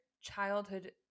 childhood